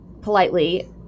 politely